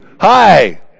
Hi